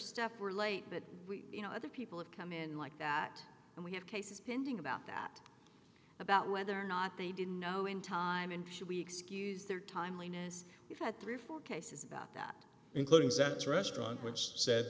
staff we're late but we you know other people have come in like that and we have cases pending about that about whether or not they didn't know in time and should we excuse their timeliness we've had three or four cases about that including sex restaurant which said